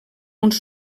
uns